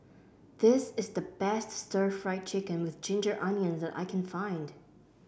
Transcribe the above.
this is the best Stir Fried Chicken with Ginger Onions that I can find